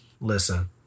listen